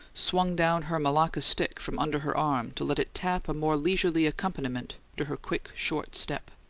swung down her malacca stick from under her arm to let it tap a more leisurely accompaniment to her quick, short step.